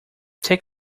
take